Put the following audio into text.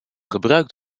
gebruikt